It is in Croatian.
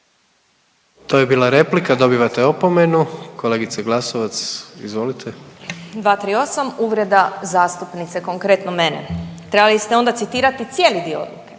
To je bila replika dobivate opomenu. Kolegice Glasovac izvolite. **Glasovac, Sabina (SDP)** 238. uvreda zastupnice konkretno mene, trebali ste onda citirati cijeli dio odluke.